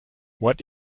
what